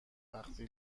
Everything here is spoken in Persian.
وقی